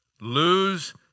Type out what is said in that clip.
lose